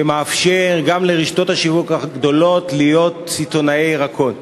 שמאפשר גם לרשתות השיווק הגדולות להיות סיטונאי ירקות.